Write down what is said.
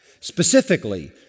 specifically